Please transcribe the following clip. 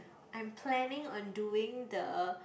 I'm planning on doing the